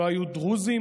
לא היו דרוזים,